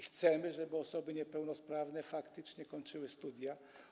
Chcemy, żeby osoby niepełnosprawne faktycznie kończyły studia.